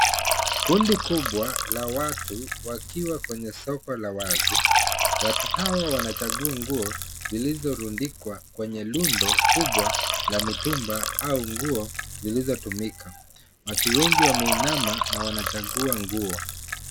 Kundi kubwa la watu wakiwa kwenye soko la wazi watu hawa wanachagua nguo zilizorundikwa kwenye rundo kubwa la mitumba au nguo zilizotumika ,watu wengi wameinama na wanachagua nguo.